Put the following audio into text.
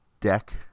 deck